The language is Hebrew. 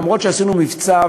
למרות שעשינו מבצע,